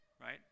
Right